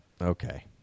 Okay